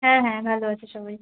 হ্যাঁ হ্যাঁ ভালো আছে সবাই